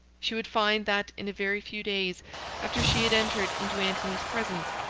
she would find that, in a very few days after she had entered into antony's presence,